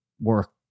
work